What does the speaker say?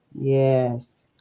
Yes